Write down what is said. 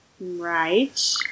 Right